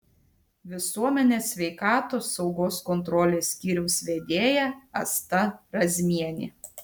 visuomenės sveikatos saugos kontrolės skyriaus vedėja asta razmienė